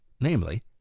namely